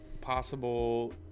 possible